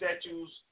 statues